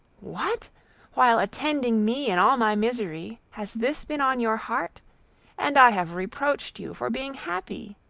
what while attending me in all my misery, has this been on your heart and i have reproached you for being happy!